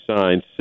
signed